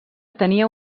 tenia